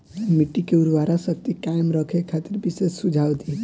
मिट्टी के उर्वरा शक्ति कायम रखे खातिर विशेष सुझाव दी?